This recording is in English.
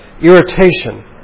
irritation